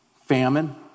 Famine